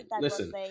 listen